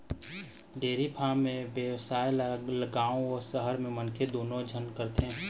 dairy farm के बेवसाय ल गाँव अउ सहर के मनखे दूनो झन करथे